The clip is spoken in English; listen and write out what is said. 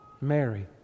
Mary